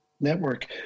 network